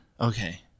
Okay